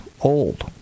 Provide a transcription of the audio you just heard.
old